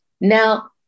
now